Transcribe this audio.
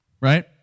right